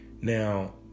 Now